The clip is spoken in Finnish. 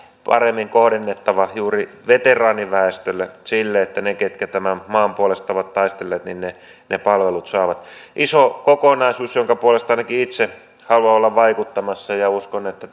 paremmin rahoitusta kohdennettava juuri veteraaniväestölle siten että ne ketkä tämän maan puolesta ovat taistelleet ne ne palvelut saavat iso kokonaisuus jonka puolesta ainakin itse haluan olla vaikuttamassa ja uskon että